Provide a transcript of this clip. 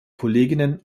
kolleginnen